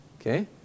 Okay